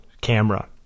camera